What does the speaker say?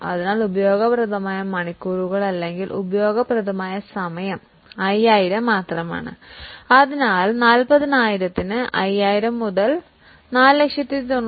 അതിനാൽ ഉപയോഗപ്രദമായ മണിക്കൂറുകൾ അല്ലെങ്കിൽ ഉപയോഗപ്രദമായ സമയം 5000 മാത്രമാണ് 5000 ബൈ 40000 x 490000